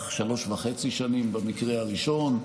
שלוש וחצי שנים במקרה הראשון,